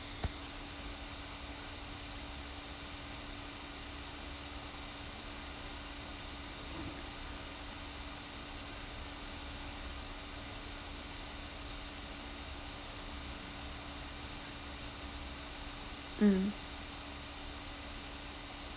mm